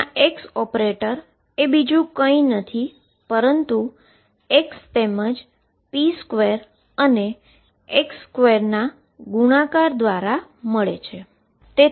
જ્યા x ઓપરેટરએ કંઈ નથી પરંતુ ફક્ત x તેમજ p2 અને x2 ના ગુણાકાર દ્વારા મળે છે